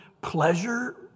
Pleasure